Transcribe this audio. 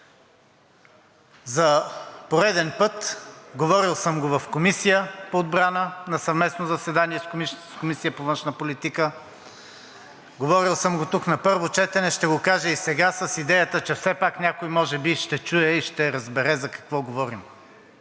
За пореден път, говорил съм го в Комисията по отбрана на съвместно заседание с Комисията по външна политика, говорил съм го тук на първо четене, ще го кажа и сега с идеята, че все пак някой може би ще чуе и ще разбере за какво говорим.